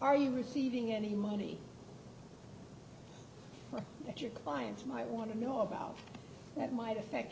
are you receiving any money that your clients might want to know about that might affect